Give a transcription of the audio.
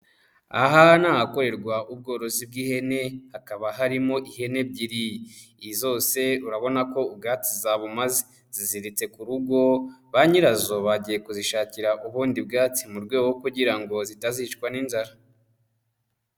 Aha ni ahakorerwa ubworozi bw'ihene, hakaba harimo ihene ebyiri, zose urabona ko ubwatsi zabumaze, ziziritse ku rugo ba nyirazo bagiye kuzishakira ubundi bwatsi mu rwego kugira ngo zitazicwa n'inzara.